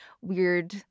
weird